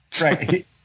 right